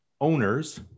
owners